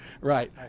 right